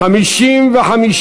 חוק-יסוד: מועד התפטרות נשיא המדינה,